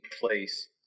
place